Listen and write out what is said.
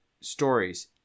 stories